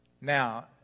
Now